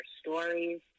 stories